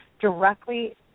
directly